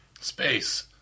Space